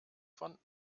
von